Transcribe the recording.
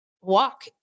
walk